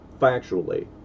factually